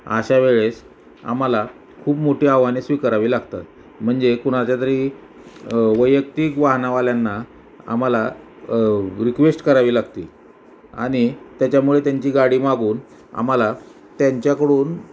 अशा वेळेस आम्हाला खूप मोठी आव्हाने स्वीकारावी लागतात म्हणजे कुणाच्या तरी वैयक्तिक वाहनवाल्यांना आम्हाला रिक्वेस्ट करावी लागते आणि त्याच्यामुळे त्यांची गाडी मागून आम्हाला त्यांच्याकडून